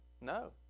No